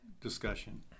discussion